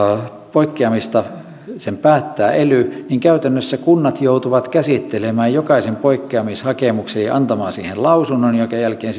poikkeamista päättää ely niin käytännössä kunnat joutuvat käsittelemään jokaisen poikkeamishakemuksen ja ja antamaan siihen lausunnon minkä jälkeen